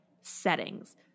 settings